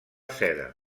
seda